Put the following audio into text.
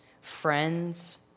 friends